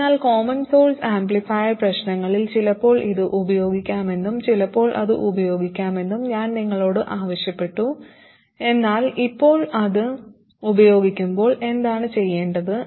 അതിനാൽ common source amplifier പ്രശ്നങ്ങളിൽ ചിലപ്പോൾ ഇത് ഉപയോഗിക്കാമെന്നും ചിലപ്പോൾ അത് ഉപയോഗിക്കാമെന്നും ഞാൻ നിങ്ങളോട് ആവശ്യപ്പെട്ടു എന്നാൽ ഇപ്പോൾ ഇത് ഉപയോഗിക്കുമ്പോൾ എന്താണ് ചെയ്യേണ്ടത്